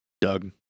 Doug